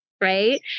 right